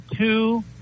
two